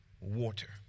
water